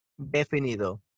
definido